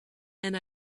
and